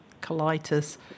colitis